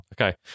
Okay